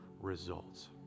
results